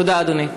תודה, אדוני.